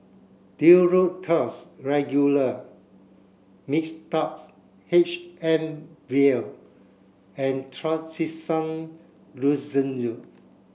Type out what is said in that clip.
Duro Tuss Regular Mixtard H M vial and Trachisan Lozenges